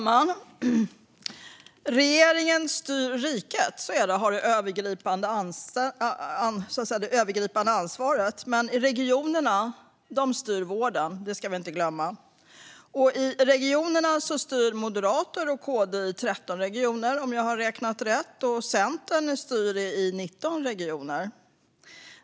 Fru talman! Regeringen styr riket och har det övergripande ansvaret. Men regionerna styr vården. Det ska vi inte glömma. Och i regionerna styr Moderaterna och KD i 13 regioner, om jag har räknat rätt. Centern styr i 19 regioner.